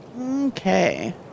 Okay